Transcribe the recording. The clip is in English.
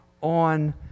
on